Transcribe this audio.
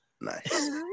nice